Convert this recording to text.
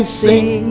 sing